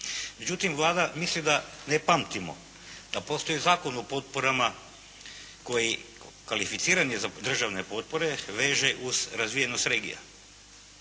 Međutim, Vlada misli da ne pamtimo da postoji zakon u potporama koji kvalificiran za državne potpore veže uz razvijenost regija,